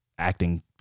acting